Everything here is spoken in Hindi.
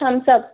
Thums up